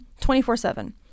24-7